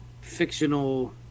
fictional